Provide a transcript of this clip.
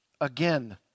again